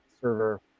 server